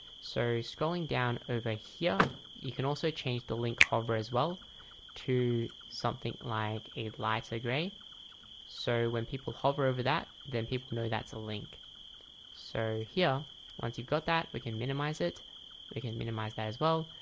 so scrolling down over here you can also change the link hover as well to something like a lighter gray so when people hover over that then people know that's a link so here once you've got that we can minimize it we can minimize that as well.